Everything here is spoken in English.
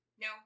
No